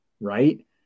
right